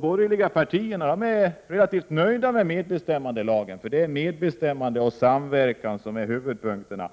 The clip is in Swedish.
borgerliga partierna är över huvud taget relativt nöjda med medbestämmandelagen. Det är medbestämmande och samverkan som är huvudpunkterna.